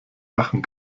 lachen